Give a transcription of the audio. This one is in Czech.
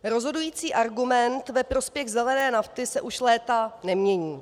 Rozhodující argument ve prospěch zelené nafty se už léta nemění.